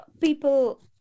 people